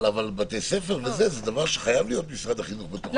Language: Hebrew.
אבל בתי ספר זה משהו שמשרד החינוך חייב להיות בעניין שלו.